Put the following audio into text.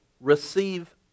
receive